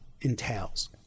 entails